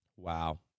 Wow